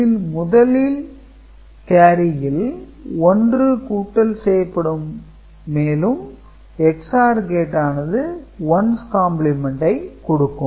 இதில் முதல் கேரியில் 1 கூட்டல் செய்யப்படும் மேலும் XOR கேட்டானது ஒன்ஸ் காம்பிளிமெண்டை கொடுக்கும்